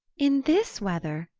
in this weather?